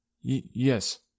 Yes